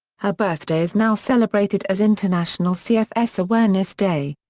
her birthday is now celebrated as international cfs awareness day.